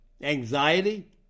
anxiety